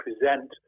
present